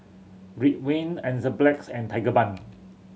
Ridwind Enzyplex and Tigerbalm